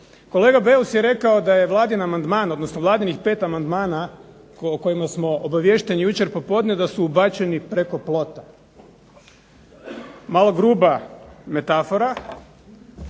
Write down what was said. Kolega Beus je rekao da je Vladin amandman odnosno Vladinih pet amandmana o kojima smo obaviješteni jučer popodne da su ubačeni preko plota. Malo gruba metafora,